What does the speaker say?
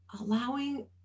allowing